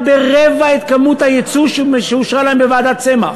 ברבע את כמות היצוא שאושרה להם בוועדת צמח.